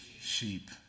Sheep